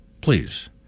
please